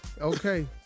Okay